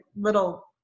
little